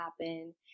happen